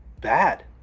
bad